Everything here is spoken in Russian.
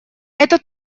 это